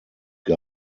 guy